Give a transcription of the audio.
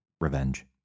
revenge